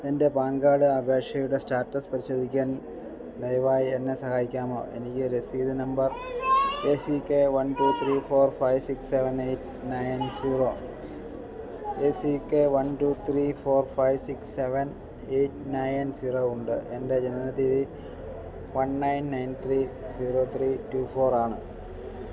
എൻ്റെ PAN card അപേക്ഷയുടെ status പരിശോധിക്കാൻ ദയവായെന്നെ സഹായിക്കാമോ എൻറ്റെ രസീത് number A C K one two three four five six seven eight nine zero ഉണ്ട് എൻറ്റെ ജനനത്തീയതി one nine nine three zero three two ഫോറാണ്